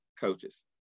coaches